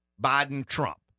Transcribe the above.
Biden-Trump